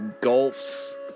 gulfs